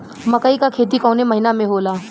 मकई क खेती कवने महीना में होला?